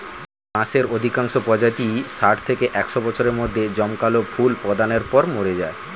বাঁশের অধিকাংশ প্রজাতিই ষাট থেকে একশ বছরের মধ্যে জমকালো ফুল প্রদানের পর মরে যায়